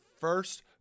first